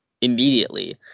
immediately